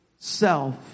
Self